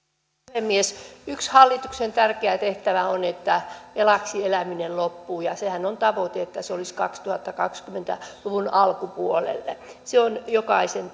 puhemies yksi hallituksen tärkeä tehtävä on että velaksi eläminen loppuu ja tavoitehan on että se olisi kaksituhattakaksikymmentä luvun alkupuolella se on jokaisen